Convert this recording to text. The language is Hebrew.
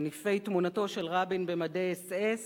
מניפי תמונתו של רבין במדי אס.אס,